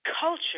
Culture